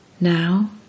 Now